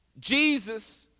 Jesus